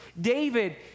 David